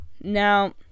Now